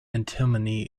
antimony